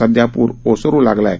सध्या पूर ओसरू लागला आहे